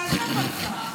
תעזוב אותך,